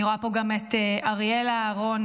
אני רואה פה גם את אריאלה אהרון,